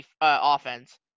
offense